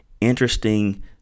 interesting